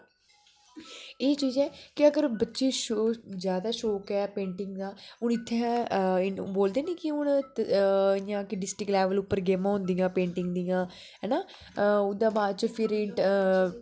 एह् चीज ऐ के अगर बच्चे गी शौक ज्यादा शौक ऐ पेंटिंग दा हून इत्थै बोलदे नी कि हून इयां डिस्ट्रिक्ट लेवल उ्पपर गेमां होंदियां पेंटिंग दियां है ना ओहदे बाद च फिर